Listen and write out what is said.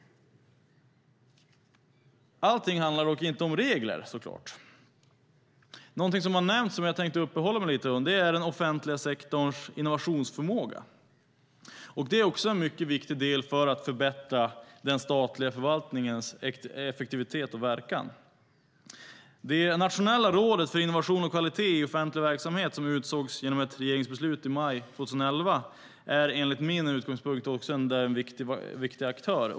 Allt handlar dock inte om regler. Något som har nämnts och som jag tänkte uppehålla mig vid lite är den offentliga sektorns innovationsförmåga. Det är en mycket viktig del för att förbättra den statliga förvaltningens effektivitet och verkan. Det nationella rådet för innovation och kvalitet i offentlig verksamhet, som utsågs genom ett regeringsbeslut i maj 2011, är enligt min utgångspunkt en viktig aktör.